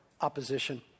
opposition